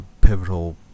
pivotal